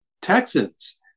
Texans